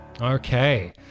Okay